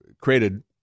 created